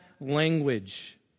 language